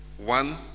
One